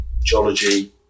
geology